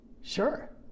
sure